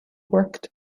worked